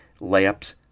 Layups